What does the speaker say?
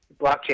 blockchain